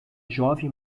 jovem